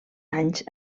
anys